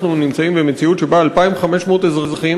אנחנו נמצאים במציאות שבה 2,500 אזרחים